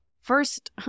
first